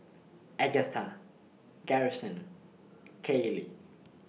Agatha Garrison Kaylie